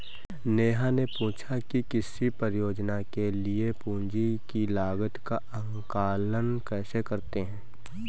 नेहा ने पूछा कि किसी परियोजना के लिए पूंजी की लागत का आंकलन कैसे करते हैं?